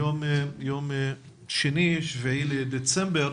היום יום שני, 7 בדצמבר,